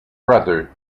brother